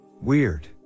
weird